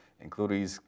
including